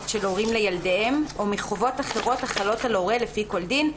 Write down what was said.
של הורים לילדיהם או מחובות אחרות החלות על הורה לפי כל דין.".